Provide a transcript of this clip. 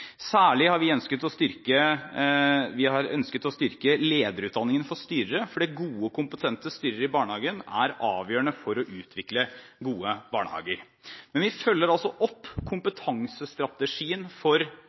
Særlig har vi ønsket å styrke lederutdanningen for styrere fordi gode og kompetente styrere i barnehagen er avgjørende for å utvikle gode barnehager. Vi følger altså opp kompetansestrategien for